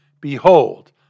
Behold